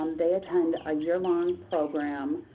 um they attend a yearlong program,